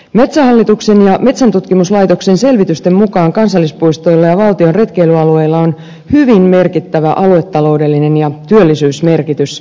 metsähallituksen ja metsäntutkimuslaitoksen selvitysten mukaan kansallispuistoilla ja valtion retkeilyalueilla on hyvin merkittävä aluetaloudellinen ja työllisyysvaikutus